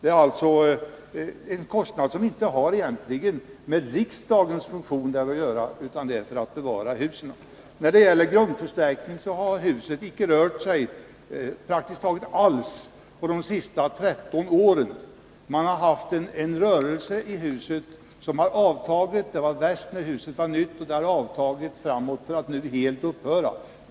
Det är alltså kostnader som egentligen inte har med riksdagens funktion att göra, utan det är fråga om bevarandet av husen. När det gäller grundförstärkning kan man säga att huset inte har rört sig praktiskt taget alls under de senaste 13 åren. Rörelsen i huset var värst när huset var nytt, men den har avtagit för att nu helt ha upphört.